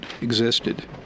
existed